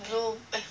blue eh